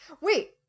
Wait